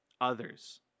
others